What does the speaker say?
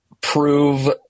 prove